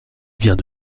vient